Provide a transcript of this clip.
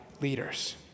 leaders